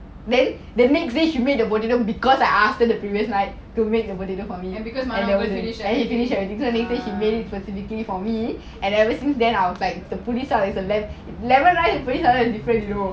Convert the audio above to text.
then the next day she made the potato because I asked in the previous night to make the potato for me and he finish everything and then she made it specifically for me and ever since then I was like the puli satham satham is lemon rice and the puli satham satham is different you know